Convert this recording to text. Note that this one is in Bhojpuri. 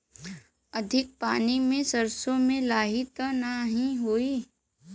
अधिक पानी से सरसो मे लाही त नाही होई?